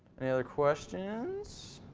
any other questions.